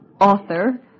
author